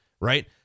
Right